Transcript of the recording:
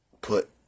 put